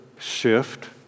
Shift